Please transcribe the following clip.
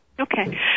Okay